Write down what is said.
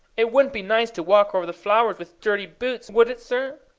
it wouldn't be nice to walk over the flowers with dirty boots would it, sir?